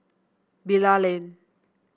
Bilal Lane